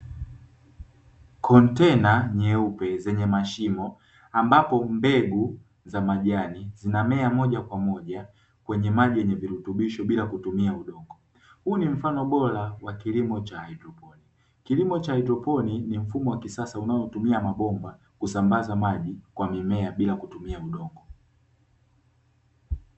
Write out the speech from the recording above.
Kontena nyeupe zenye mashimo ambapo mbegu za majani zinamea moja kwa moja kwenye maji yenye virutubisho bila kutumia udongo, huu ni mfano bora wa kilimo cha haidroponi; kilimo cha haidroponi ni mfumo wa kisasa unaotumbia mabomba kusambaza maji kwa mimea bila kutumia udongo.